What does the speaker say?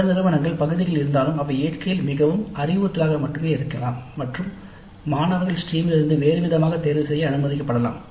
சில நிறுவனங்களில் பகுதிகள் இருந்தாலும் அவை இயற்கையில் மிகவும் அறிவுறுத்தலாக இருக்கலாம் மற்றும் மாணவர்கள் ஸ்ட்ரீமில் இருந்து வேறு விதமாக தேர்வு செய்ய அனுமதிக்கபடலாம்